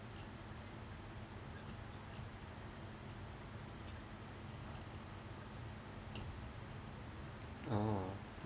ah